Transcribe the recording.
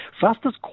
Fastest